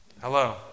Hello